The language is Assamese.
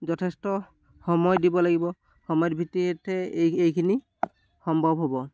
যথেষ্ট সময় দিব লাগিব সময়ত ভিত্তিত এই এইখিনি সম্ভৱ হ'ব